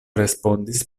respondis